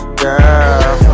girl